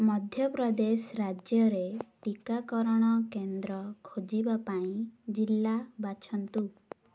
ମଧ୍ୟପ୍ରଦେଶ ରାଜ୍ୟରେ ଟିକାକରଣ କେନ୍ଦ୍ର ଖୋଜିବା ପାଇଁ ଜିଲ୍ଲା ବାଛନ୍ତୁ